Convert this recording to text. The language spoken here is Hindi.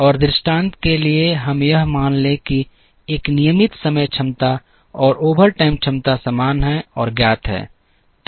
और दृष्टांत के लिए हम यह मान लें कि एक नियमित समय क्षमता और ओवरटाइम क्षमता समान हैं और ज्ञात हैं